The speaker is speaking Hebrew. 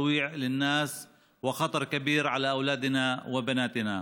המהווים מטרד ומקור של פחד וסכנה חמורה לילדינו ובנותינו.